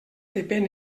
depèn